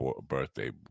birthday